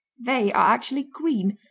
they are actually green,